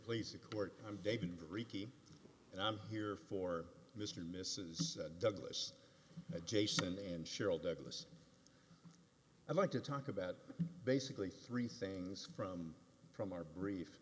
please the court i'm david reeky and i'm here for mr mrs douglas jason and cheryl douglas i'd like to talk about basically three things from from our brief